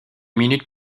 minutes